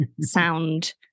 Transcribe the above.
sound